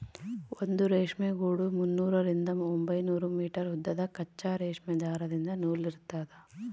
ಒಂದು ರೇಷ್ಮೆ ಗೂಡು ಮುನ್ನೂರರಿಂದ ಒಂಬೈನೂರು ಮೀಟರ್ ಉದ್ದದ ಕಚ್ಚಾ ರೇಷ್ಮೆ ದಾರದಿಂದ ನೂಲಿರ್ತದ